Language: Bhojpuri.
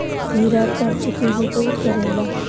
जीरा कब्ज के भी दूर करेला